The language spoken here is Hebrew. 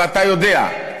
ואתה יודע,